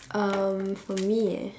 um for me eh